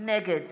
נגד